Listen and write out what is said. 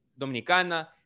Dominicana